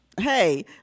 Hey